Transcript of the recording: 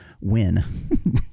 win